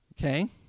Okay